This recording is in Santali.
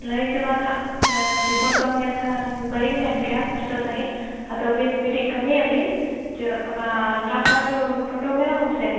ᱞᱟᱹᱭᱛᱮᱢᱟ ᱱᱟᱦᱟᱸᱜ ᱨᱤᱯᱳᱴ ᱵᱟᱝ ᱧᱮᱞ ᱞᱮᱠᱷᱟᱱ ᱵᱟᱹᱞᱤᱧ ᱢᱮᱱᱠᱮᱭᱟ ᱯᱩᱥᱴᱟᱹᱣ ᱥᱟᱺᱦᱤᱡ ᱟᱫᱚ ᱟᱹᱵᱤᱱ ᱢᱤᱫᱴᱤᱡ ᱠᱟᱹᱢᱤᱭᱟᱵᱤᱱ ᱡᱮ ᱚᱱᱟ ᱟᱞᱴᱨᱟᱥᱚᱱ ᱯᱷᱳᱴᱳ ᱢᱮᱱᱟᱵᱚᱱ ᱥᱮ